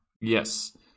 Yes